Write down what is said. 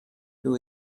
who